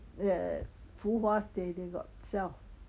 ya ya 浮华 they they got sell